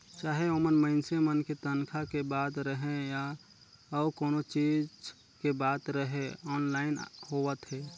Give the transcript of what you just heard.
चाहे ओमन मइनसे मन के तनखा के बात रहें या अउ कोनो चीच के बात रहे आनलाईन होवत हे